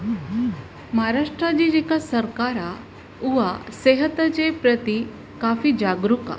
महाराष्ट्र जी जेका सरकार आहे उहा सिहत जे प्रति काफ़ी जागरूक आहे